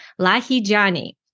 Lahijani